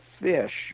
fish